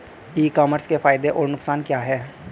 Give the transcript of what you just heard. ई commerce के फायदे और नुकसान क्या हैं?